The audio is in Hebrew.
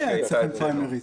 מתי היה אצלכם פריימריז?